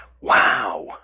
Wow